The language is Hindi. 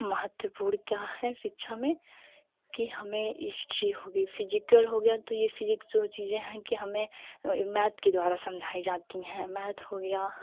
महत्वपूर्ण क्या है शिक्षा में की हमें हिस्ट्री हो गई फिसिकल हो गया तो यह फिज़िक्स वह चीज़ें है की हमें मैथ के द्वारा समझाई जाती है मैथ हो गया